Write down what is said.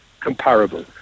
comparable